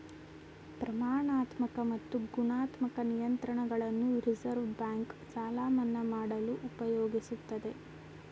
ಪ್ರಮಾಣಾತ್ಮಕ ಮತ್ತು ಗುಣಾತ್ಮಕ ನಿಯಂತ್ರಣಗಳನ್ನು ರಿವರ್ಸ್ ಬ್ಯಾಂಕ್ ಸಾಲ ಮನ್ನಾ ಮಾಡಲು ಉಪಯೋಗಿಸುತ್ತದೆ